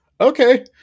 okay